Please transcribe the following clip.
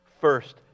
First